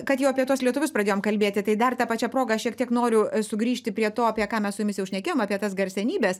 kad jau apie tuos lietuvius pradėjom kalbėti tai dar ta pačia proga šiek tiek noriu sugrįžti prie to apie ką mes su jumis jau šnekėjom apie tas garsenybes